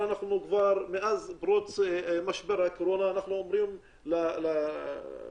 מאז פרוץ משבר הקורונה אנחנו אומרים למשרדים